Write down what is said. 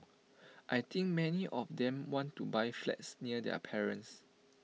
I think many of them want to buy flats near their parents